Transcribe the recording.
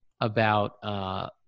about-